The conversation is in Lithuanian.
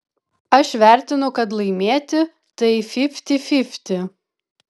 aš vertinu kad laimėti tai fifty fifty